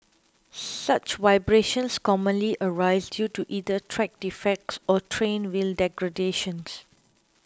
such vibrations commonly arise due to either track defects or train wheel degradation